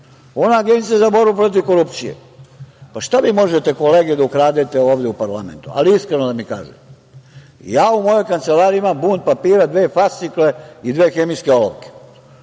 Ona Agencija za borbu protiv korupcije. Pa, šta vi možete kolege da ukradete ovde u parlamentu, ali iskreno da mi kažete? Ja u mojoj kancelariji imam bunt papira, dve fascikle i dve hemijske olovke.